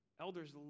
Elders